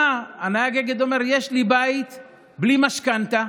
נהג אגד אומר: יש לי בית בלי משכנתה